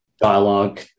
dialogue